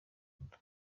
nda